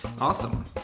Awesome